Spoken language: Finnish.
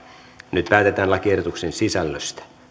nyt päätetään lakiehdotuksen sisällöstä